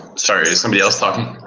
sorry, is somebody else talking?